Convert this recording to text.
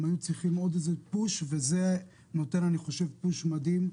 היו צריכים עוד פוש וזה נותן פוש מדהים.